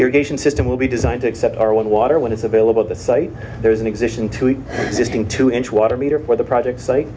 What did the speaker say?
irrigation system will be designed to accept our one water when it's available at the site there is an existing to be dissing two inch water meter for the project site